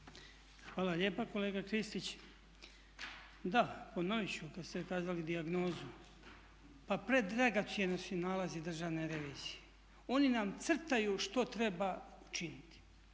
Hvala lijepa kolega Kristić. Da, ponoviti ću kada ste kazali dijagnozu. Pa predragocjeni su i nalazi državne revizije. Oni nam crtaju što treba učiniti.